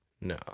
No